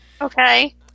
Okay